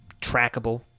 trackable